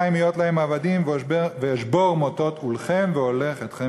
מהיֹת להם עבדים ואשבר מטת עֻלכם ואולך אתכם